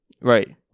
Right